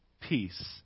peace